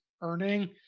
earning